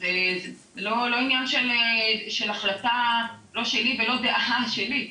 אז זה לא עניין של החלטה לא שלי ולא דעה שלי,